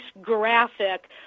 graphic